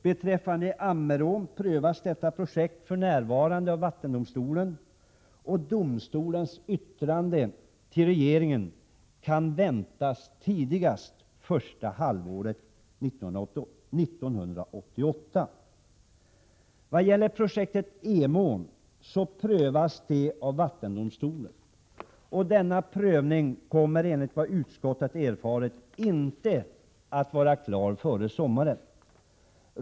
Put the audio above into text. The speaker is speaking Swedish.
Beträffande Ammerån prövas detta projekt för närvarande av vattendomstolen. Domstolens yttrande till regeringen kan väntas tidigast första halvåret 1988. Projektet Emån prövas också av vattendomstolen. Denna prövning kommer, enligt vad utskottet erfarit, inte att vara klar före sommaren.